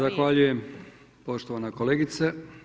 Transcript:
Zahvaljujem poštovana kolegice.